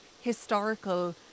historical